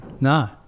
no